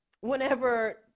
whenever